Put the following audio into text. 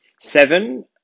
seven